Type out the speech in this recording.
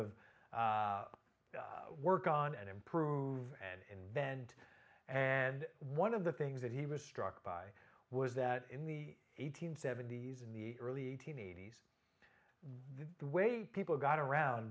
of work on and improve and invent and one of the things that he was struck by was that in the eighteenth seventies in the early eighteenth eighties the way people got around